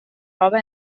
roba